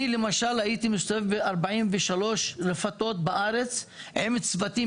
אני למשל הייתי מסתובב ב-43 רפתות בארץ עם צוותים